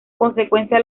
consecuencia